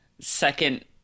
second